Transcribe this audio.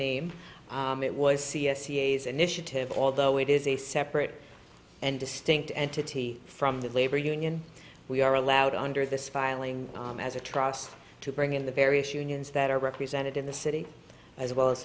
name it was c f c s initiative although it is a separate and distinct entity from the labor union we are allowed under this filing as a trustee to bring in the various unions that are represented in the city as well as